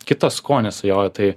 kitas skonis jo tai